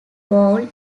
bowl